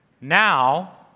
Now